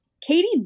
Katie